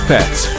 Pets